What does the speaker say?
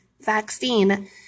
Vaccine